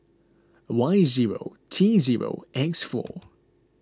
Y zero T zero X four